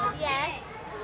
Yes